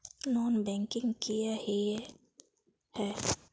Non banking किए हिये है?